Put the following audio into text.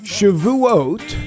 Shavuot